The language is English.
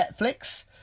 netflix